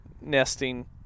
nesting